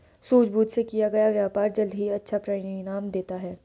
सूझबूझ से किया गया व्यापार जल्द ही अच्छा परिणाम देता है